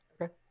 Okay